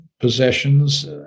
possessions